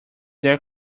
their